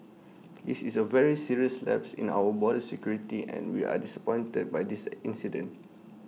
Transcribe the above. this is A very serious lapse in our border security and we are disappointed by this incident